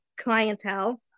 clientele